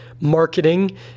marketing